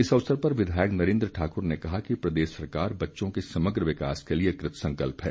इस अवसर पर विधायक नरेन्द्र ठाक्र ने कहा कि प्रदेश सरकार बच्चों के समग्र विकास के लिए कृतसंकल्प है